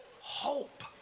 hope